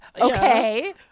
Okay